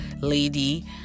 lady